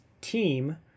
team